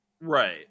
Right